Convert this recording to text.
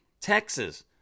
Texas